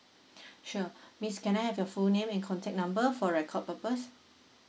sure miss can I have your full name and contact number for record purposes